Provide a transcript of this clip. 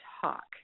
talk